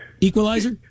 Equalizer